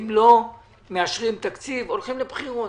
אם לא מאשרים תקציב, הולכים לבחירות.